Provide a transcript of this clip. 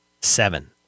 Seven